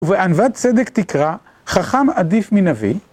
וענוות צדק תקרא חכם עדיף מנביא